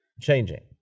changing